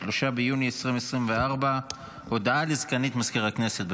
3 ביוני 2024. הודעה לסגנית מזכיר הכנסת.